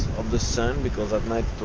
of the sun because at night